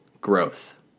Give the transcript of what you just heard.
growth